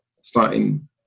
starting